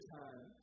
time